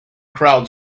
crowd